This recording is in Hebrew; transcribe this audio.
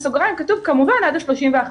ואז אחרי זה כתוב בסוגריים כמובן עד ה-31 לאוקטובר.